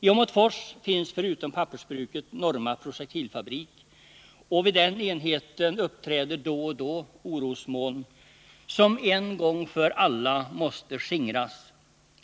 I Åmotfors finns, förutom pappersbruket, Norma Projektilfabrik, och vid den enheten uppträder då och då orosmoln som en gång för alla måste skingras.